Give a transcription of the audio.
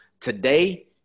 Today